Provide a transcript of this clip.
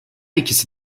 ikisi